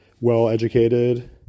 well-educated